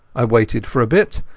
i waited for a bit,